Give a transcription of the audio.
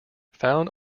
found